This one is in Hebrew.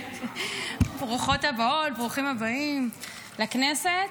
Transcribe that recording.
ברוכות הבאות, ברוכים הבאים לכנסת.